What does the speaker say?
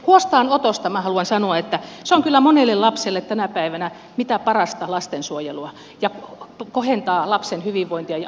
huostaanotosta minä haluan sanoa että se on kyllä monelle lapselle tänä päivänä mitä parasta lastensuojelua ja kohentaa lapsen hyvinvointia ja asemaa